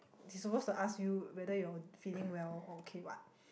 he suppose to ask you whether you're feeling well or okay what